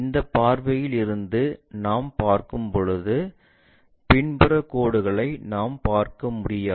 இந்த பார்வையில் இருந்து நாம் பார்க்கும்போது பின்புற கோடுகளை நாம் பார்க்க முடியாது